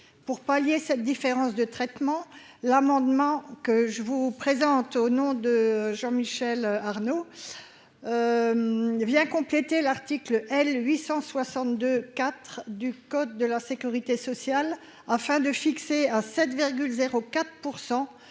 pour pallier cette différence de traitement, l'amendement que je vous présente, au nom de Jean Michel Arnaud vient compléter l'article L 862 IV du code de la sécurité sociale, afin de fixer un 7 0